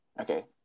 Okay